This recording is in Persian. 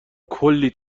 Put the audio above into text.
کلّی